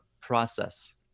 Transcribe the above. process